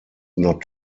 not